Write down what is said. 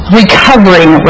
recovering